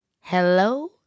Hello